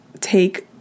take